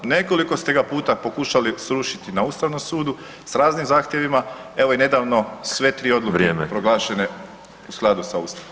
Nekoliko ste ga puta pokušali srušiti na Ustavom sudu s raznim zahtjevima, evo i nedavno sve tri odluke [[Upadica: Vrijeme.]] proglašene u skladu sa Ustavom.